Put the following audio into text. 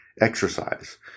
exercise